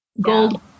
Gold